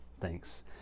Thanks